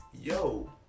yo